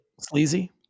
Sleazy